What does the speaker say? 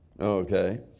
okay